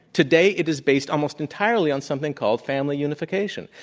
today it is based almost entirely on something called family unification.